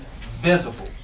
visible